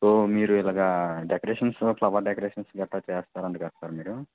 so మీరు ఇలాగ decorations flower decorations గట్ట చేస్తారంట కదా సార్ మీరు